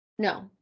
No